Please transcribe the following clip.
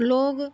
लोग